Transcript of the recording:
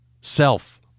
self